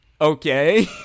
okay